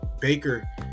Baker